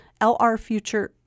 lrfuture